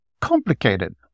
complicated